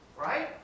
right